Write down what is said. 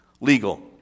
legal